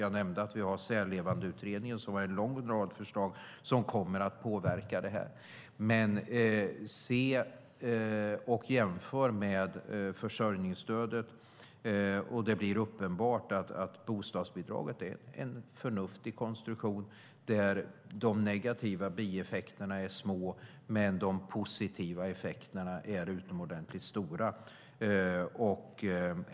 Jag nämnde att vi har Särlevandeutredningen med en lång rad förslag som kommer att påverka det här, men se och jämför med försörjningsstödet och det blir uppenbart att bostadsbidraget är en förnuftig konstruktion där de negativa bieffekterna är små men de positiva effekterna är utomordentligt stora.